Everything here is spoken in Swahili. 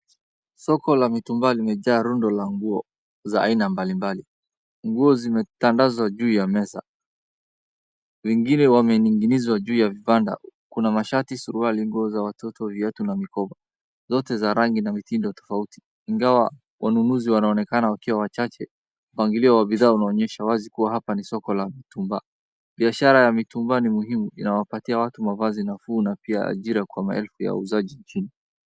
Soko la mitumba limejaa rundo la nguo za aina mbalimbali. Nguo zimetandazwa juu ya meza, wengine wamening'inizwa juu ya vibanda. Kuna mashati, suruali, nguo za watoto viatu na mikoba, zote za rangi na mitindo tofauti. Ingawa wanunuzi wanaonekana wakiwa wachache, mpangilio wa bidhaa unaonyesha wazi kuwa hapa ni soko la mitumba. Biashara ya mitumba ni muhimu, inawapatia watu mavazi nafuu na pia ajira kwa maelfu ya wauzaji.